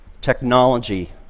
Technology